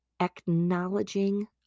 acknowledging